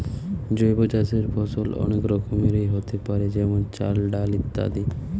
জৈব চাষের ফসল অনেক রকমেরই হোতে পারে যেমন চাল, ডাল ইত্যাদি